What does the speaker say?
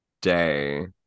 day